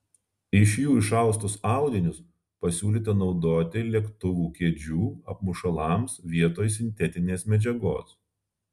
iš jų išaustus audinius pasiūlyta naudoti lėktuvų kėdžių apmušalams vietoj sintetinės medžiagos